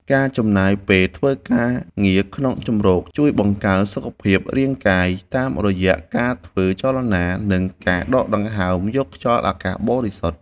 ការចំណាយពេលធ្វើការងារក្នុងជម្រកជួយបង្កើនសុខភាពរាងកាយ តាមរយៈការធ្វើចលនា និងការដកដង្ហើមយកខ្យល់អាកាសបរិសុទ្ធ។